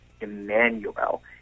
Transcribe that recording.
Emmanuel